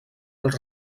els